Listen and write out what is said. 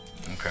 Okay